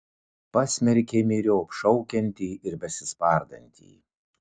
pasmerkė myriop šaukiantį ir besispardantį